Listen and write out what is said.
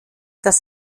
dass